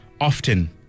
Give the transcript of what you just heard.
often